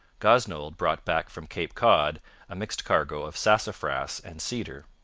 gosnold brought back from cape cod a mixed cargo of sassafras and cedar.